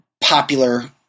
popular